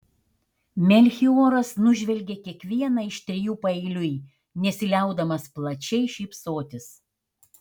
melchioras nužvelgė kiekvieną iš trijų paeiliui nesiliaudamas plačiai šypsotis